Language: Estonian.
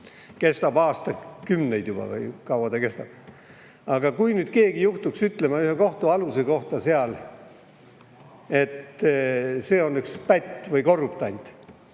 juba aastakümneid juba või kui kaua see ongi kestnud. Aga kui nüüd keegi juhtuks ütlema ühe kohtualuse kohta seal, et ta on üks pätt või korruptant,